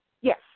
Yes